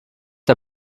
der